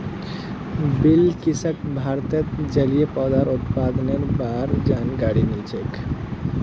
बिलकिसक भारतत जलिय पौधार उत्पादनेर बा र जानकारी नी छेक